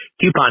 Coupon